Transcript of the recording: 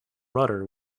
rudder